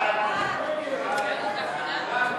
ההצעה להסיר מסדר-היום את הצעת חוק ביטוח בריאות ממלכתי (תיקון,